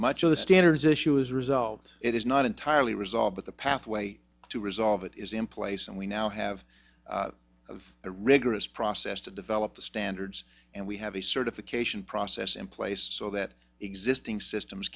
much of the standards issue as a result it is not entirely resolved but the pathway to resolve it is in place and we now have of a rigorous process to develop the standards and we have a certification process in place so that existing systems